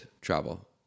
travel